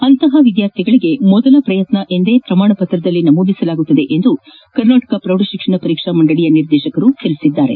ಅಂತಪ ವಿದ್ಯಾರ್ಥಿಗಳಿಗೆ ಮೊದಲ ಪ್ರಯತ್ನ ಎಂದೇ ಪ್ರಮಾಣ ಪತ್ರದಲ್ಲಿ ನಮೂದಿಸಲಾಗುವುದು ಎಂದು ಕರ್ನಾಟಕ ಪ್ರೌಢಶಿಕ್ಷಣ ಪರೀಕ್ಷಾ ಮಂಡಳಿಯ ನಿರ್ದೇಶಕರು ತಿಳಿಸಿದರು